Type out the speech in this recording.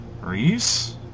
Reese